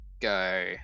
Go